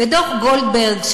ודוח גולדברג,